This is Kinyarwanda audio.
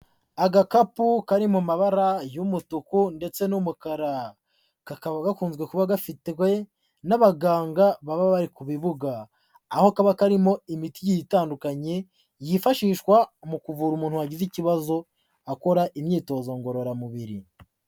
Agakapu kari mu mabara y'umutuku ndetse n'umukara, kakaba gakunze kuba gafitwe n'abaganga baba bari ku bibuga, aho kaba karimo imiti igiye itandukanye yifashishwa mu kuvura umuntu wagize ikibazo akora imyitozo ngororamubiri.